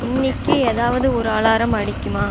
இன்னிக்கி ஏதாவது ஒரு அலாரம் அடிக்குமா